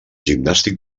gimnàstic